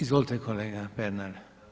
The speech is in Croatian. Izvolite kolega Pernar.